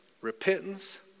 repentance